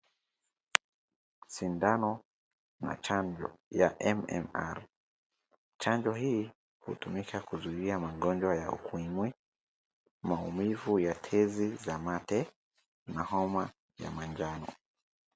Sindano na chanjo ya MMR. Chanjo hii hutumika kuzuia magonjwa ya ukimwi, maumivu ya tezi za mate na homa ya manjano.